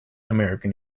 american